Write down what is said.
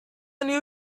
new